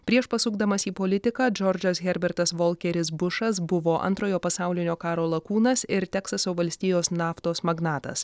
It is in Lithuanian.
prieš pasukdamas į politiką džordžas herbertas volkeris bušas buvo antrojo pasaulinio karo lakūnas ir teksaso valstijos naftos magnatas